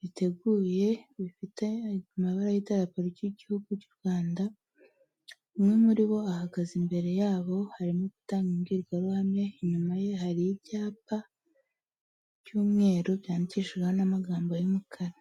biteguye bifite amabara y'Idarapo ry'igihugu ry'u Rwanda, umwe muri bo ahagaze imbere yabo arimo gutanga imbwirwaruhame, inyuma ye hari ibyapa by'umweru byandikishijweho n'amagambo y'umukara.